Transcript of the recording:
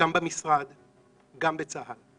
במשרד ובצה"ל.